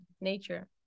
nature